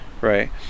right